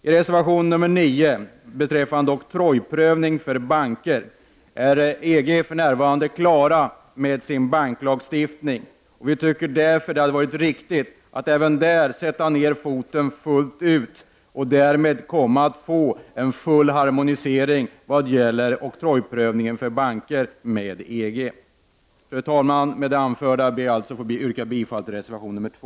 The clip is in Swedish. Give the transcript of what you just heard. I reservation nr 9 beträffande oktrojprövning för banker — där är EG för närvarande klar med sin banklagstiftning — tycker vi att det hade varit riktigt att även där sätta ner foten fullt ut och därmed få en full harmonisering med EG vad gäller oktrojprövningen för banker. Fru talman! Med det anförda ber jag att få yrka bifall till reservation nr 2.